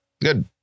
Good